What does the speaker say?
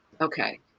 okay